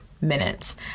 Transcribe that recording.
minutes